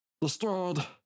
Destroyed